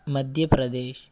Madhya Pradesh